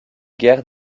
guerre